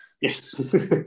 Yes